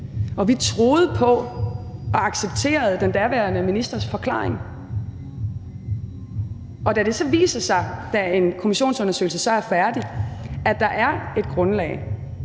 Og vi troede på og accepterede den daværende ministers forklaring. Og da det så viser sig, efter en kommissionsundersøgelse er færdig, at der er et grundlag,